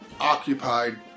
occupied